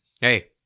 hey